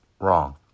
wrong